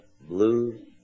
blue